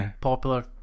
popular